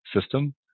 system